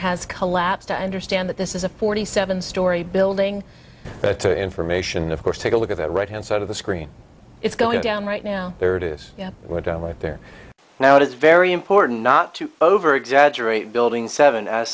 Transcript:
has collapsed i understand that this is a forty seven story building but information of course take a look at the right hand side of the screen it's going down right now there it is you know we're down like there now it is very important not to overexaggerate building seven as